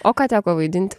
o ką teko vaidinti